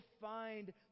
find